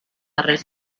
arrels